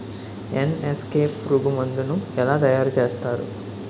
NSK పురుగు మందు ను ఎలా తయారు చేస్తారు?